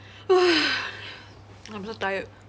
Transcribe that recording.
I'm so tired